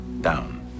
down